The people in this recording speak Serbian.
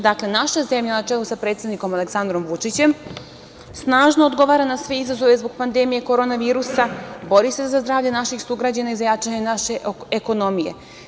Dakle, naša zemlja, na čelu sa predsednikom Aleksandrom Vučićem, snažno odgovara na sve izazove zbog pandemije korona virusa, bori se za zdravlje naših sugrađana i za jačanje naše ekonomije.